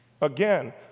again